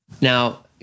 Now